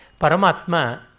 Paramatma